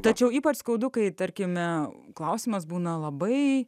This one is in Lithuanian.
tačiau ypač skaudu kai tarkime klausimas būna labai